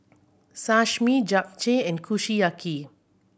Sashimi Japchae and Kushiyaki